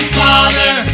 father